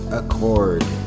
accord